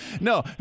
no